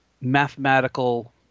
mathematical